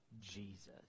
Jesus